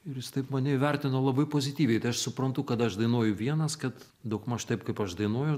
ir jis taip mane įvertino labai pozityviai tai aš suprantu kad aš dainuoju vienas kad daugmaž taip kaip aš dainuoju